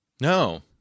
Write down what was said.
No